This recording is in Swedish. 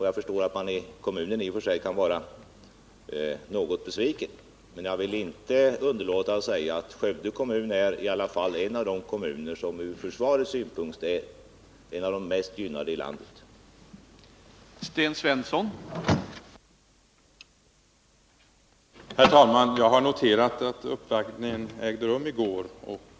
Jag förstår att man i kommunen i och för sig kan vara något besviken, men jag vill inte underlåta att påpeka att Skövde kommun i alla fall ur försvarets synpunkt är en av de mest gynnade kommunerna i landet.